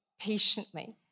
patiently